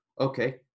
okay